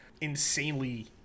insanely